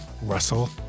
Russell